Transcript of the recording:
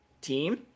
team